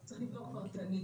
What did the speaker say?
צריך לבדוק פרטנית.